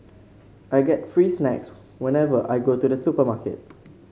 I get free snacks whenever I go to the supermarket